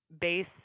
base